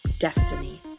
destiny